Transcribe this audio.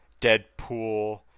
Deadpool